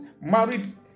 married